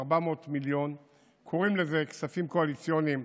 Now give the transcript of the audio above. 400 מיליון קוראים לזה "כספים קואליציוניים".